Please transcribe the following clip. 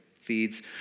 feeds